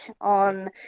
on